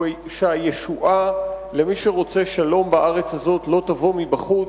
הוא שהישועה למי שרוצה שלום בארץ הזאת לא תבוא מבחוץ,